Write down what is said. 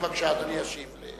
בבקשה, אדוני ישיב.